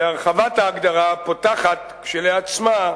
והרחבת ההגדרה פותחת, כשלעצמה,